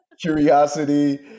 curiosity